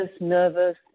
nervous